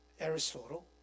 Aristotle